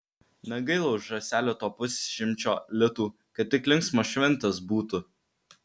negaila už žąselę to pusšimčio litų kad tik linksmos šventės būtų